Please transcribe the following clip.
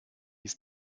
ist